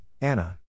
Anna